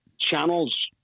channels